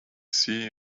see